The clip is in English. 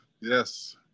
yes